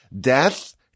Death